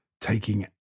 taking